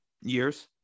years